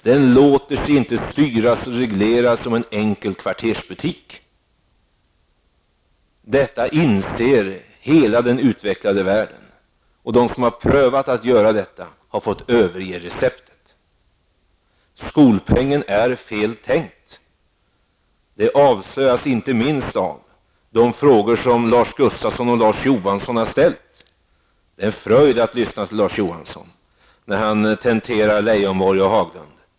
Den låter sig inte styras och regleras som en enkel kvartersbutik. Detta inser hela den utvecklade världen. De som har prövat att göra detta har fått överge receptet. Skolpengen är fel tänkt. Det avslöjas inte minst av de frågor som Larz Johansson och Lars Gustafsson har ställt. Det är en fröjd att lyssna till Larz Haglund.